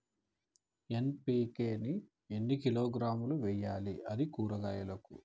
NPK ని ఎన్ని కిలోగ్రాములు వెయ్యాలి? అది కూరగాయలకు?